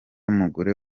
mugore